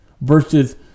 versus